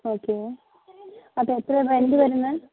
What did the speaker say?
okay അപ്പോൾ എത്രയാണ് rent വരുന്നത്